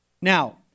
Now